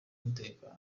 umutekano